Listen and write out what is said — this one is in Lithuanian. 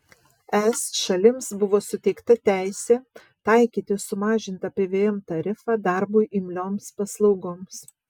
es šalims buvo suteikta teisė taikyti sumažintą pvm tarifą darbui imlioms paslaugoms